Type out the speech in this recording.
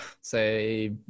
say